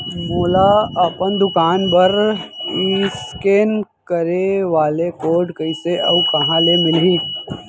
मोला अपन दुकान बर इसकेन करे वाले कोड कइसे अऊ कहाँ ले मिलही?